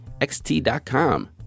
XT.com